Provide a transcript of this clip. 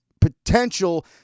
potential